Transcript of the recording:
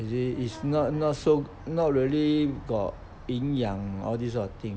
you see it's not not so not really got 营养 all these kind of thing